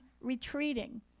retreating